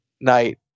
night